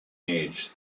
age